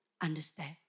understand